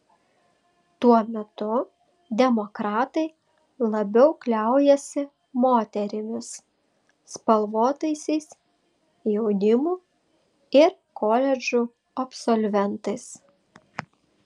tuo metu demokratai labiau kliaujasi moterimis spalvotaisiais jaunimu ir koledžų absolventais